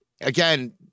again